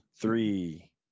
three